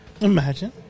Imagine